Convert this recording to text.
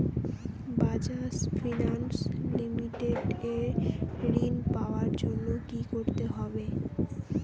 Bajaj finance limited এ ঋন পাওয়ার জন্য কি করতে হবে?